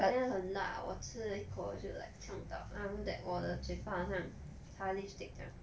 but then 很辣我吃一口我就 like 呛到 after that 我的嘴巴好像搽 lipstick 酱